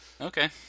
Okay